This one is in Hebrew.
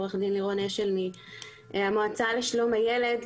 עו"ד לירון אשל מהמועצה לשלום הילד,